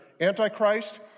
Antichrist